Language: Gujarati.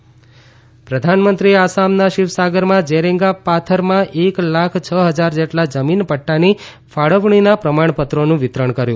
પ્રધાનમંત્રી શિવસાગર પ્રધાનમંત્રીએ આસામના શિવસાગરમાં જેરેંગા પાથરમાં એક લાખ છ ફજાર જેટલા જમીન પદ્દાની ફાળવણીના પ્રમાણપત્રોનું વિતરણ કર્યું